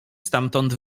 stamtąd